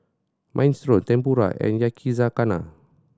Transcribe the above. Minestrone Tempura and Yakizakana